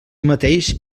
mateix